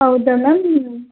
ಹೌದಾ ಮ್ಯಾಮ್